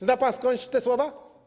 Zna pan skądś te słowa?